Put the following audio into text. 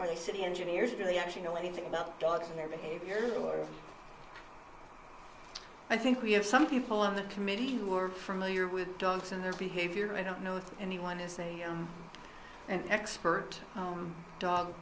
are they city engineers do they actually know anything about dogs and their behavior or i think we have some people on the committee who are familiar with dogs and their behavior i don't know if anyone is a expert